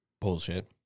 Bullshit